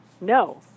No